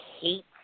hate